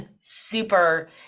super